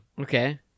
Okay